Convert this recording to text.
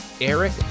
Eric